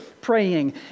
praying